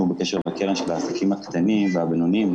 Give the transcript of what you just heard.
בקשר לקרן של העסקים הקטנים והבינוניים,